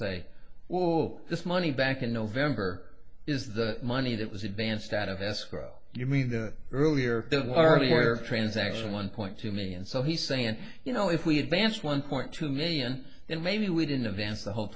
say well this money back in november is the money that was advanced out of escrow you mean the earlier the earlier transaction one point two million so he's saying you know if we advance one point two million then maybe we didn't advance the whole